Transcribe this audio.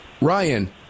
Ryan